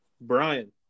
Brian